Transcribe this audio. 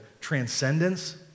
transcendence